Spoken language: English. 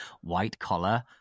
white-collar